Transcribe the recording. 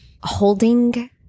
Holding